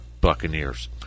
Buccaneers